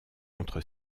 entre